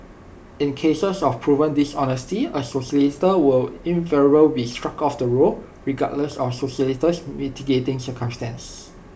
in cases of proven dishonesty A solicitor will invariably be struck off the roll regardless of the solicitor's mitigating circumstances